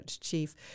Chief